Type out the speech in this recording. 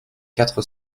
quatre